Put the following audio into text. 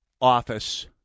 office